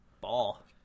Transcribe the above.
ball